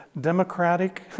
democratic